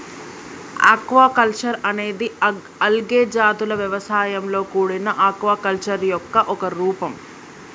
aquaculture అనేది algae జాతుల వ్యవసాయంతో కూడిన ఆక్వాకల్చర్ యొక్క ఒక రూపం